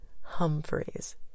Humphreys